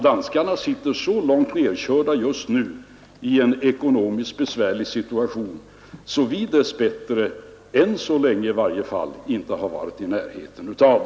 Danskarna sitter nämligen långt nerkörda just nu i en ekonomiskt besvärlig situation som vi dess bättre — än så länge i varje fall — inte har varit i närheten av.